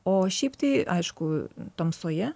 o šiaip tai aišku tamsoje